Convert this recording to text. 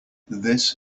this